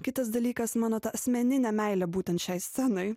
kitas dalykas mano ta asmeninė meilė būtent šiai scenai